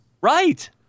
Right